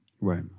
Right